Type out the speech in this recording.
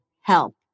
help